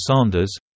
Sanders